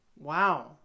Wow